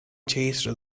chased